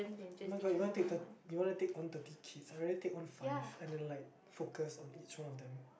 oh-my-god you want to take thir~ you want to take on thirty kids I rather take on five and then like focus on each one of them